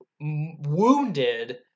wounded